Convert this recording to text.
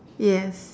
yes